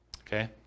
Okay